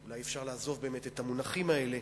אולי אפשר לעזוב, באמת, את המונחים האלה,